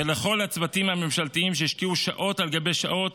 ולכל הצוותים הממשלתיים שהשקיעו שעות על גבי שעות